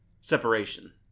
separation